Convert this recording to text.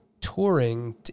touring